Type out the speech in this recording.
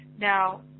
now